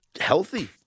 healthy